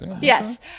Yes